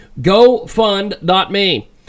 Gofund.me